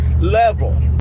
level